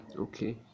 Okay